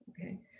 Okay